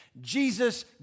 Jesus